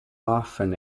often